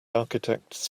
architects